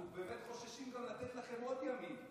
אנחנו באמת חוששים גם לתת לכם עוד ימים.